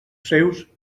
seus